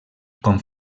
com